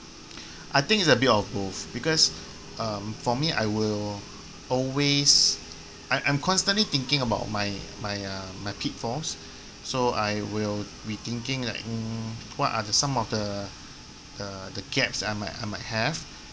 I think it's a bit of both because um for me I will always I I'm constantly thinking about my my uh my pitfalls so I will be thinking like mm what are the some of the the the gaps that I might I might have